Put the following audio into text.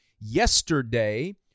yesterday